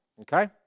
okay